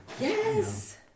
Yes